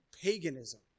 paganism